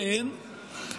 כן,